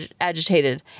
agitated